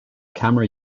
camera